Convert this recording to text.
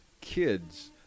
kids